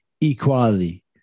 equality